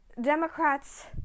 Democrats